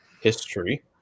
history